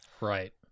Right